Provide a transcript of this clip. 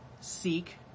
Seek